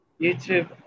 YouTube